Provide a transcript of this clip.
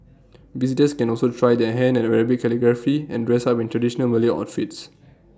visitors can also try their hand at Arabic calligraphy and dress up in traditional Malay outfits